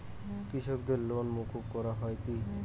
কৃষকদের লোন মুকুব করা হয় কি?